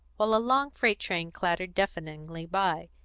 while a long freight train clattered deafeningly by,